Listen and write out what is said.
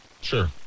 Sure